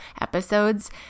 episodes